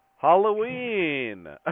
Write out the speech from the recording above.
Halloween